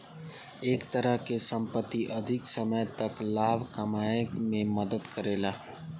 ए तरह के संपत्ति अधिक समय तक लाभ कमाए में मदद करेला